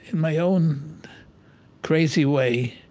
my own crazy way,